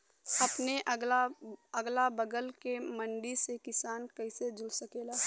अपने अगला बगल के मंडी से किसान कइसे जुड़ सकेला?